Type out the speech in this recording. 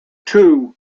two